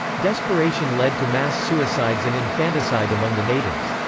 desperation led to mass suicides and infanticide among the natives.